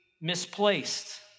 misplaced